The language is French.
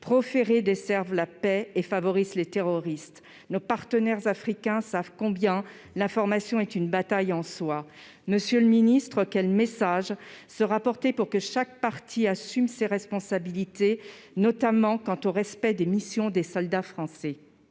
proférées desservent la paix et favorisent les terroristes. Nos partenaires africains savent combien l'information est une bataille en soi. Monsieur le ministre, quel message la France portera-t-elle pour que chaque partie assume ses responsabilités, s'agissant notamment du respect des missions des soldats français ?